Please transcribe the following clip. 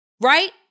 right